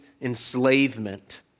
enslavement